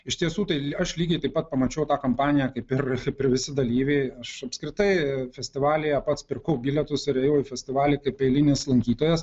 iš tiesų tai aš lygiai taip pat pamačiau tą kampaniją kaip ir kaip ir visi dalyviai aš apskritai festivalyje pats pirkau bilietus ir ėjau į festivalį tai eilinis lankytojas